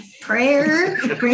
prayer